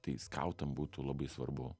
tai skautam būtų labai svarbu